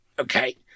Okay